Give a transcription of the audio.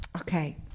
Okay